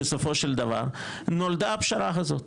בסופו של דבר נולדה הפשרה הזאת,